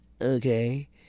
okay